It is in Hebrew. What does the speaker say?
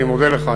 אני מודה לך,